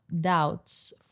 doubts